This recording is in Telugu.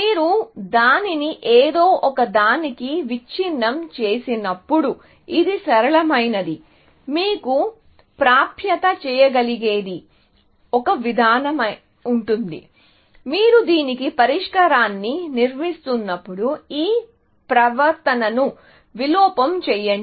మీరు దానిని ఏదో ఒకదానికి విచ్ఛిన్నం చేసినప్పుడు ఇది సరళమైనది మీకు ప్రాప్యత చేయగలిగేది ఒక విధమైన ఉంటుంది మీరు దీనికి పరిష్కారాన్ని నిర్మిస్తున్నప్పుడు ఈ పరివర్తనను విలోమం చేయండి